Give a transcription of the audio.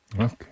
Okay